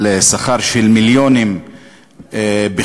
על שכר של מיליונים בחודש.